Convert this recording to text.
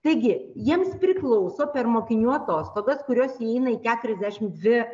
taigi jiems priklauso per mokinių atostogas kurios įeina į keturiasdešimt dvi